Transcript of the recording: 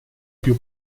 più